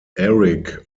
eric